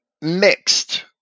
mixed